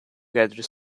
gather